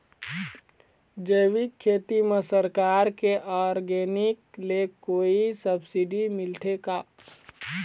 जैविक खेती म सरकार के ऑर्गेनिक ले कोई सब्सिडी मिलथे का?